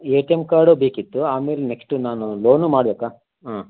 A T M card ಬೇಕಿತ್ತು ಆಮೇಲೆ next ನಾನು ಲೋನು ಮಾಡಬೇಕು ಹಾಂ